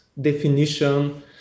definition